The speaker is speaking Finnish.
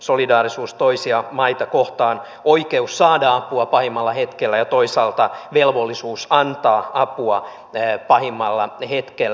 solidaarisuus toisia maita kohtaan oikeus saada apua pahimmalla hetkellä ja toisaalta velvollisuus antaa apua pahimmalla hetkellä